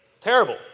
Terrible